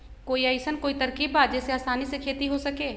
कोई अइसन कोई तरकीब बा जेसे आसानी से खेती हो सके?